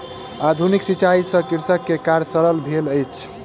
आधुनिक सिचाई से कृषक के कार्य सरल भेल अछि